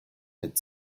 had